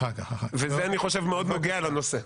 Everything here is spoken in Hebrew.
ואני חושב שזה מאוד נוגע לנושא.